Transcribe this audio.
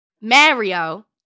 Mario